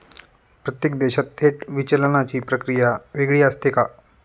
प्रत्येक देशात थेट विचलनाची प्रक्रिया वेगळी असते का?